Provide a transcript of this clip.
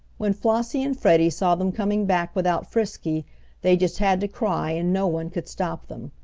when flossie and freddie saw them coming back without frisky they just had to cry and no one could stop them.